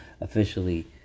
officially